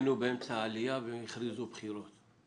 היינו באמצע העלייה והם הכריזו בחירות.